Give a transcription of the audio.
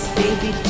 baby